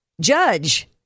judge